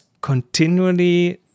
continually